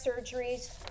surgeries